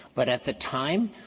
but at the time,